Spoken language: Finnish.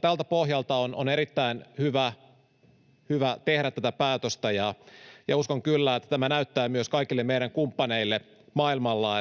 Tältä pohjalta on erittäin hyvä tehdä tätä päätöstä, ja uskon kyllä, että tämä näyttää myös kaikille meidän kumppaneillemme maailmalla,